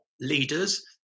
leaders